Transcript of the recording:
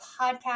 podcast